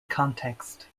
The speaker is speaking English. context